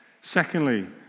Secondly